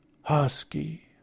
Husky